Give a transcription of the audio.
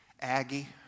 Aggie